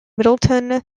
middleton